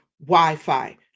Wi-Fi